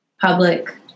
public